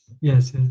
Yes